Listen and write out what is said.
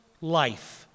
life